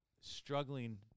struggling